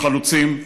חלוצים.